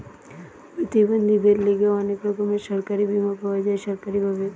প্রতিবন্ধীদের লিগে অনেক রকমের সরকারি বীমা পাওয়া যায় সরকারি ভাবে